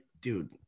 dude